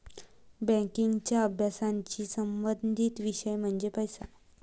बँकिंगच्या अभ्यासाशी संबंधित विषय म्हणजे पैसा